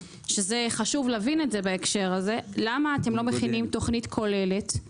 חשוב להבין בהקשר הזה למה אתם לא מכינים תכנית כוללת גם